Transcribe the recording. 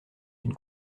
une